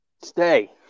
Stay